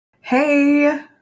Hey